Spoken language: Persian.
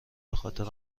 بخاطر